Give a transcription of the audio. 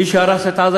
מי שהרס את עזה,